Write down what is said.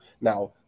now